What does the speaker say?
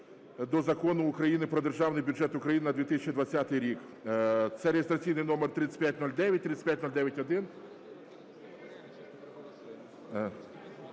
до Закону України "Про Державний бюджет України на 2020 рік". Це реєстраційний номер 3509, 3509-1,